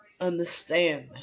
understand